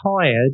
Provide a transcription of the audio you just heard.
tired